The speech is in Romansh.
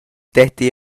detti